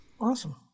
Awesome